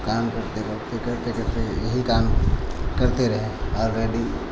काम करते करते करते करते यही काम करते रहे आलरेडी